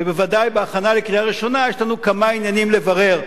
ובוודאי בהכנה לקריאה ראשונה יש לנו כמה עניינים לברר.